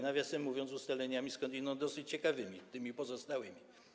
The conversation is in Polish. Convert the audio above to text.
Nawiasem mówiąc, ustaleniami skądinąd dosyć ciekawymi - tymi pozostałymi.